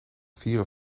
vieren